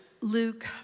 Luke